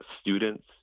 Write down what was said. students